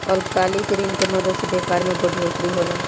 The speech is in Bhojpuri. अल्पकालिक ऋण के मदद से व्यापार मे बढ़ोतरी होला